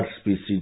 species